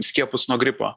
skiepus nuo gripo